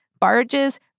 barges